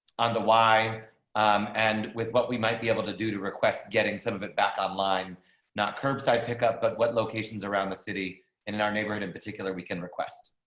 on the y and with what we might be able to do to request getting some of it back online not curbside pickup. but what locations around the city and in our neighborhood. in particular, we can request.